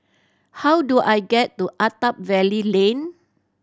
how do I get to Attap Valley Lane